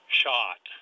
shot